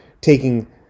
taking